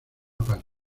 parte